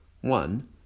One